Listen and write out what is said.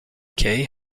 kay